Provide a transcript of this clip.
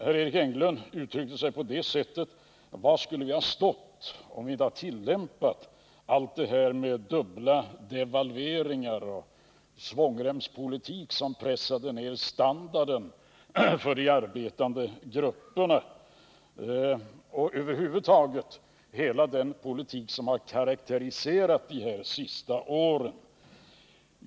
Herr Enlund frågade var vi skulle ha stått om regeringen inte hade genomfört dubbla devalveringar, svångremspolitiken som pressat ner standarden för de arbetande grupperna, över huvud taget hela den politik som har karakteriserat de senaste åren.